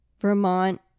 Vermont